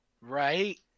right